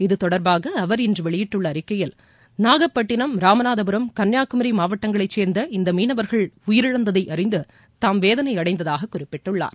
இது தொடர்பாக அவர் இன்று வெளியிட்டுள்ள அறிக்கையில்நாகப்பட்டினம் ராமநாதபுரம் கன்னியாகுமரி மாவட்டங்களைச் சேர்ந்த இந்த மீனவர்கள் உயிரிழந்ததை அறிந்து தாம் வேதனை அடைந்ததாகக் குறிப்பிட்டுள்ளார்